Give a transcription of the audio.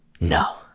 no